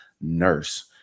nurse